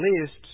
lists